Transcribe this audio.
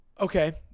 Okay